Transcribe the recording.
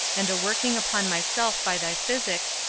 and a working upon myself by thy physic,